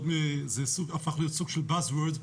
זה הפך להיות סוג של bazz word.